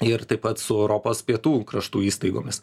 ir taip pat su europos pietų kraštų įstaigomis